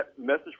message